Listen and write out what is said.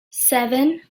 seven